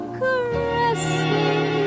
caressing